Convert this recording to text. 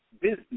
business